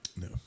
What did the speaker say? No